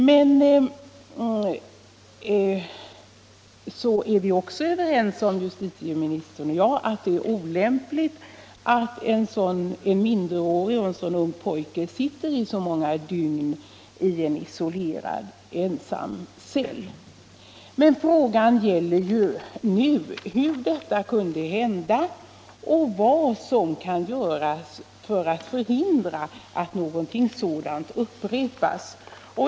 Justitieministern och jag är också överens om att det är olämpligt att en minderårig och en så ung pojke får sitta så många dygn isolerad i en ensamecell. Men frågan gäller nu hur detta kunde hända och vad som kan göras för att förhindra att någonting sådant upprepas.